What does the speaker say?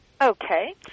Okay